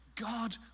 God